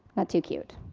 not too cute.